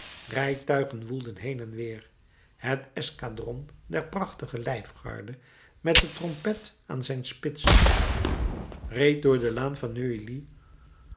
rijtuigen woelden heen en weer een escadron der prachtige lijfgarde met de trompet aan zijn spits reed door de laan van